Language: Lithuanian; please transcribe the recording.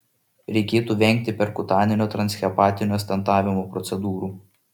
reikėtų vengti perkutaninio transhepatinio stentavimo procedūrų